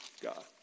God